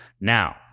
now